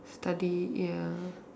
study ya